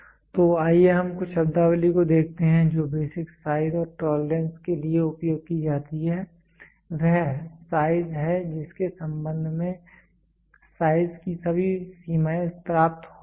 तो आइए हम कुछ शब्दावली को देखते हैं जो बेसिक साइज में टोलरेंस के लिए उपयोग की जाती हैं वह साइज है जिसके संबंध में साइज की सभी सीमाएं प्राप्त होती हैं